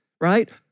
right